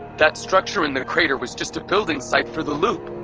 that structure in the crater was just a building site for the loop!